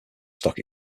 stock